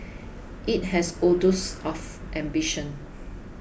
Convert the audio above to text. it has oodles of ambition